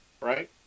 right